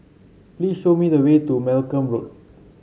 please show me the way to Malcolm Road